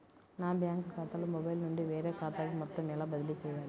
నా బ్యాంక్ ఖాతాలో మొబైల్ నుండి వేరే ఖాతాకి మొత్తం ఎలా బదిలీ చేయాలి?